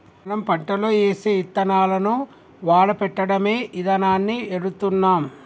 మనం పంటలో ఏసే యిత్తనాలను వాడపెట్టడమే ఇదానాన్ని ఎడుతున్నాం